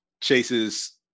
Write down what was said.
chase's